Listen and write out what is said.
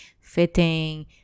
fitting